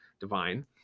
divine